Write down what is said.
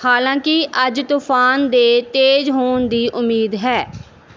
ਹਾਲਾਂਕਿ ਅੱਜ ਤੂਫਾਨ ਦੇ ਤੇਜ਼ ਹੋਣ ਦੀ ਉਮੀਦ ਹੈ